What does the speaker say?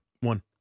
one